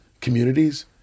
communities